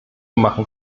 machen